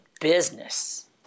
business